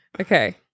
Okay